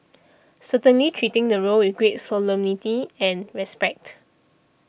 certainly treating the role with great solemnity and respect